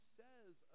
says